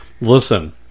Listen